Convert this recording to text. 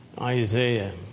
Isaiah